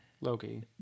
Loki